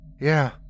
Yeah